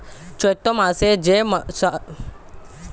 চৈত্র মাসে যে সমস্ত ফসল চাষ করা হয় তাকে রবিশস্য বলা হয়